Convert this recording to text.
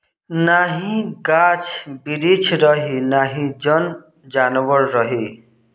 नाही गाछ बिरिछ रही नाही जन जानवर रही